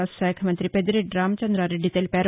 రాజ్ శాఖ మంతి పెద్దిరెడ్డి రామచందారెడ్డి తెలిపారు